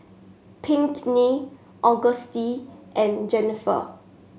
Pinkney Auguste and Jenniffer